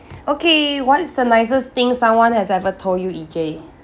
okay what's the nicest thing someone has ever told you E_J